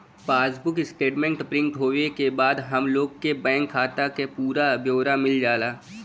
passbook statement print होये के बाद हम लोग के बैंक खाता क पूरा ब्यौरा मिल जाला